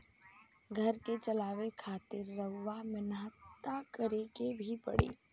घर के चलावे खातिर रउआ मेहनत त करें के ही पड़ी